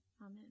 Amen